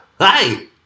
Hi